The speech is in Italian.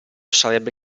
sarebbe